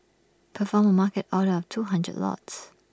perform A market order of two hundred lots